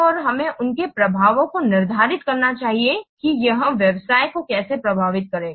और हमें उनके प्रभावों को निर्धारित करना चाहिए कि यह व्यवसाय को कैसे प्रभावित करेगा